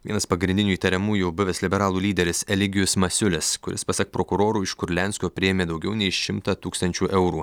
vienas pagrindinių įtariamųjų buvęs liberalų lyderis eligijus masiulis kuris pasak prokurorų iš kurlianskio priėmė daugiau nei šimtą tūkstančių eurų